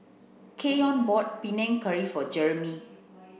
Keyon bought Panang Curry for Jereme